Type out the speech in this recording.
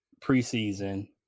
preseason